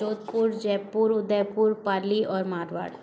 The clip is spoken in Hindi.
जोधपुर जयपुर उदयपुर पाली और मारवाड़ा